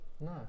No